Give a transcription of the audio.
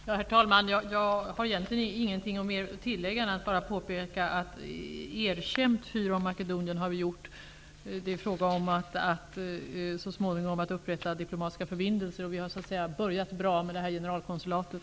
Herr talman! Jag har egentligen inget att tillägga annat än att påpeka att vi har erkänt FYROM Makedonien. Det är fråga om att så småningom upprätta diplomatiska förbindelser. Vi har börjat bra med generalkonsulatet.